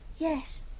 Yes